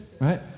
Right